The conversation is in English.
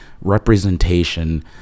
representation